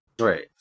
Right